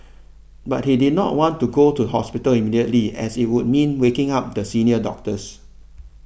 but he did not want to go to hospital immediately as it would mean waking up the senior doctors